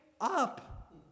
up